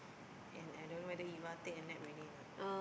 and I don't know whether you want take a nap already a not